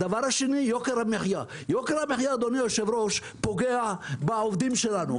הדבר השני, יוקר המחיה הוא פוגע בעובדים שלנו.